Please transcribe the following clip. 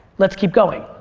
let's keep going.